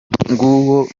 nguwo